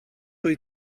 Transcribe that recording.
wyt